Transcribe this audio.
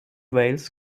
wales